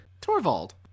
torvald